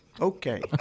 Okay